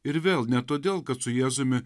ir vėl ne todėl kad su jėzumi